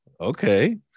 okay